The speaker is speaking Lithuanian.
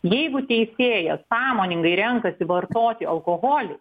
jeigu teisėjas sąmoningai renkasi vartoti alkoholį